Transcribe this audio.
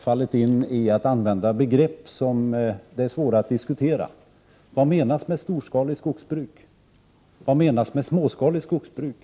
fallit in i vanan att använda begrepp som är svåra att diskutera. Vad menas med storskaligt skogsbruk? Och vad menas med småskaligt skogsbruk?